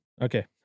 okay